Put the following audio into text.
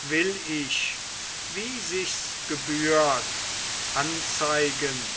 will ich wie sich's gebührt anzeigen